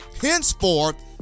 henceforth